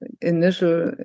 initial